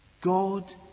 God